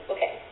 Okay